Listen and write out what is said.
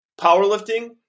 powerlifting